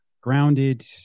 grounded